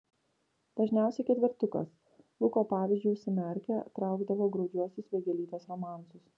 dažniausiai ketvertukas luko pavyzdžiu užsimerkę traukdavo graudžiuosius vėgėlytės romansus